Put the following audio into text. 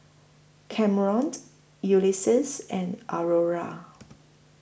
Camron Ulysses and Aurora